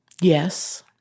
Yes